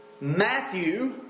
Matthew